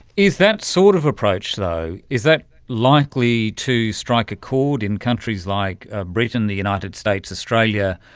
is that sort of approach though, is that likely to strike a chord in countries like britain, the united states, australia,